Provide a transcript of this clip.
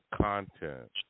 content